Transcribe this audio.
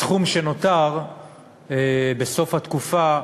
הסכום שנותר בסוף התקופה,